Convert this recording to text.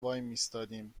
وایمیستادیم